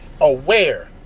aware